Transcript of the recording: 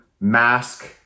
mask